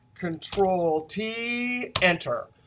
control t, enter.